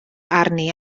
arni